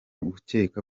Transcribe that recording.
gukeka